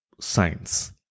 science